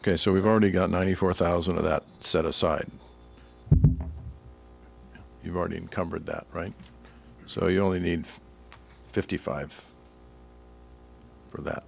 ok so we've already got ninety four thousand of that set aside you've already covered that right so you only need fifty five for that